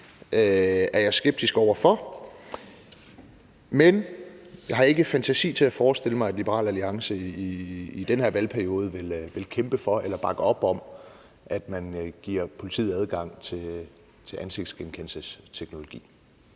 er jeg skeptisk over for, men jeg har ikke fantasi til at forestille mig, at Liberal Alliance i den her valgperiode vil kæmpe for eller bakke op om, at man giver politiet adgang til at bruge ansigtsgenkendelsesteknologi.